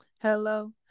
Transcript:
hello